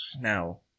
now